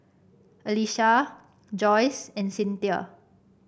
Alysa Joyce and Cynthia